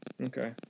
Okay